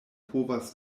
povas